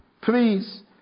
Please